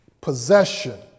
possession